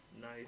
nice